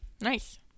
nice